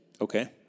Okay